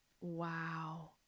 Wow